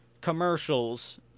commercials